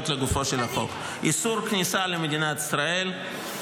לגופו של החוק: איסור כניסה למדינת ישראל,